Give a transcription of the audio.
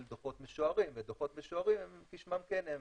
דוחות משוערים ודוחות משוערים כשמם כן הם,